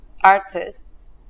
artists